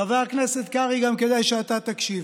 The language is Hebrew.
חבר הכנסת קרעי, כדאי שגם אתה תקשיב.